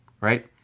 right